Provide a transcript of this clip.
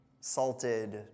salted